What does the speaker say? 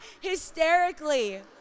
hysterically